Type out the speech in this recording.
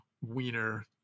wiener